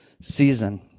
season